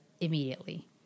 immediately